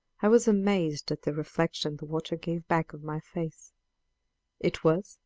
i was amazed at the reflection the water gave back of my face it was,